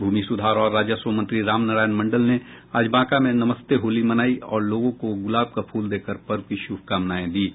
भूमि सुधार और राजस्व मंत्री राम नारायण मंडल ने आज बांका में नमस्ते होली मनायी और लोगों को गुलाब का फूल देकर पर्व की शुभकामनाएं दीं